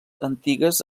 antigues